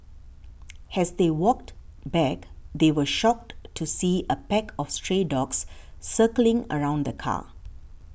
as they walked back they were shocked to see a pack of stray dogs circling around the car